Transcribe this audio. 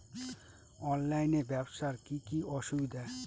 অনলাইনে ব্যবসার কি কি অসুবিধা?